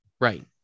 Right